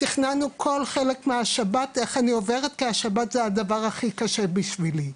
תכננו כל חלק מהשבת איך אני עוברת כי השבת זה הדבר הכי קשה בשבילי.